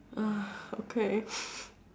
ah okay